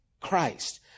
Christ